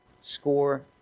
score